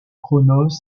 cronos